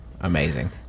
Amazing